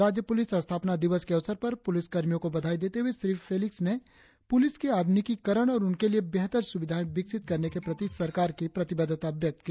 राज्य पुलिस स्थापना दिवस के अवसर पर पूलिस कर्मियों को बधाई देते हुए श्री फेलिक्स ने पुलिस के आधुनिकीकरण और उनके लिए बेहतर सुविधाएं विकसित करने के प्रति सरकार की प्रतिबद्धता व्यक्त की